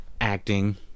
acting